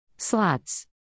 Slots